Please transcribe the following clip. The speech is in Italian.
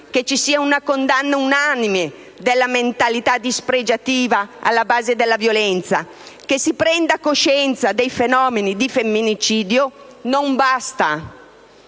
che ci sia una condanna unanime della mentalità dispregiativa alla base della violenza, che si prenda coscienza dei fenomeni di femminicidio non basta